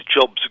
jobs